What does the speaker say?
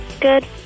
Good